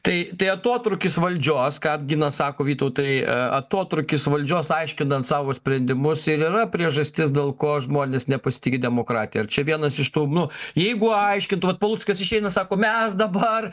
tai tai atotrūkis valdžios ką ginas sako vytautai atotrūkis valdžios aiškinant savo sprendimus ir yra priežastis dėl ko žmonės nepasitiki demokratija ar čia vienas iš tų nu jeigu aiškintų vat paluckas išeina sako mes dabar